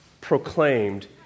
proclaimed